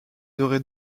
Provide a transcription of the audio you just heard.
auraient